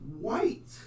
white